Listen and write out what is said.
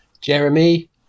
Jeremy